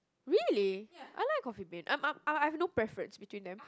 really I like Coffee Bean I'm I'm I've I've no preference between them